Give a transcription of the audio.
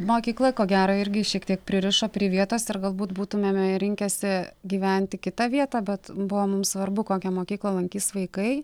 mokykla ko gero irgi šiek tiek pririšo prie vietos ir galbūt būtumėme rinkęsi gyvent į kitą vietą bet buvo mums svarbu kokią mokyklą lankys vaikai